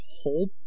whole